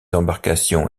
embarcations